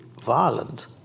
violent